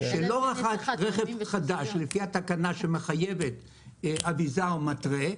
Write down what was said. אבל כל אדם שלא רכש רכב חדש לפי התקנה שמחייבת אביזר מתרה,